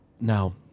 now